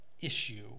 issue